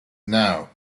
now